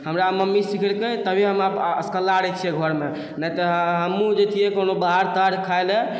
हमरा मम्मी सिखेलकै तभिए हम असकल्ला रहै छिए घरमे नहि तऽ हमहूँ जेतिए कोनो बाहर ताहर खाइलए